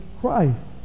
Christ